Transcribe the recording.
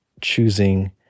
choosing